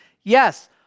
Yes